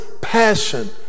passion